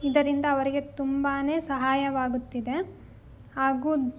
ಇದರಿಂದ ಅವರಿಗೆ ತುಂಬಾ ಸಹಾಯವಾಗುತ್ತಿದೆ ಹಾಗು